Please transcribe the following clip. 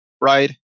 right